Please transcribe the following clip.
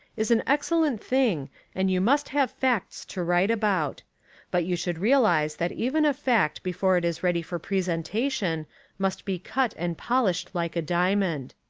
is an excellent thing and you must have facts to write about but you should realise that even a fact before it is ready for presentation must be cut and polished like a diamond.